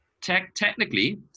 technically